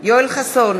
יואל חסון,